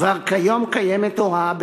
כבר כיום קיימת הוראה,